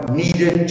needed